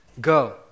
go